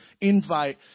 invite